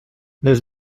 les